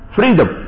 freedom